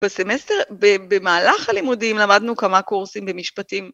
בסמסטר, במהלך הלימודים למדנו כמה קורסים במשפטים.